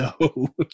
no